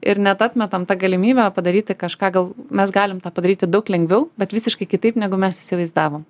ir net atmetam tą galimybę padaryti kažką gal mes galim tą padaryti daug lengviau bet visiškai kitaip negu mes įsivaizdavom